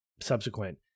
subsequent